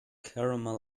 caramel